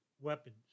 weapons